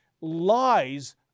lies